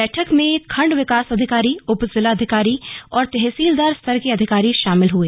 बैटक में खंड विकास अधिकारी उप जिलाअधिकारी और तहसीलदार स्तर के अधिकारी शामिल हुए